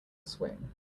swing